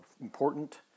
Important